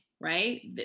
right